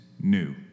new